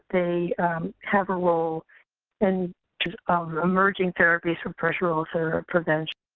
they have a role in terms of emerging therapies from pressure ulcer prevention.